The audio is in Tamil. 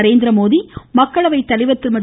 நரேந்திரமோடி மக்களவைத்தலைவர் திருமதி